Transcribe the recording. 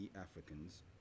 Africans